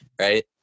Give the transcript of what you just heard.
right